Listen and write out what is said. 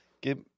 give